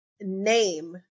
name